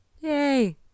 Yay